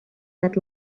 that